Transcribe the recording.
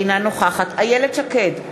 אינה נוכחת איילת שקד,